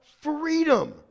freedom